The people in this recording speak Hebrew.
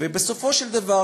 ובסופו של דבר,